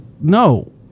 no